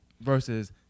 versus